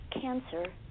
cancer